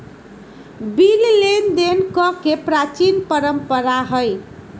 bill लेनदेन कके प्राचीन परंपरा हइ